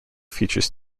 features